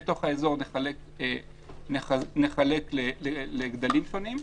ובתוך האזור נחלק לגדלים שונים.